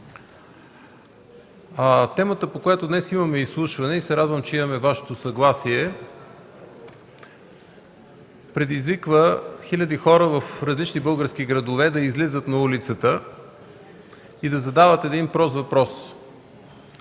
Темата, по която днес имаме изслушване и се радвам, че имаме Вашето съгласие предизвиква хиляди хора в различни български градове да излизат на улицата и да задават един прост въпрос: